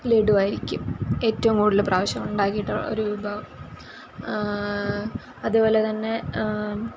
ലെഡ്ഡുവായിരിക്കും ഏറ്റവും കൂടുതൽ പ്രാവശ്യം ഉണ്ടാക്കിയിട്ടുള്ള ഒരു വിഭവം അതേപോലെ തന്നെ